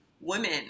women